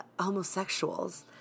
homosexuals